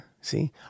see